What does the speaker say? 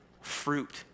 fruit